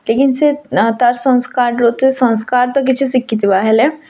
ଲେକିନ୍ ସେ ତାର୍ ସଂସ୍କାର୍ ଲୋକେ ସଂସ୍କାର୍ ତ କିଛି ଶିଖି ଥିବ ହେଲେ